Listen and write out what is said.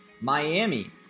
Miami